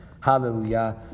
hallelujah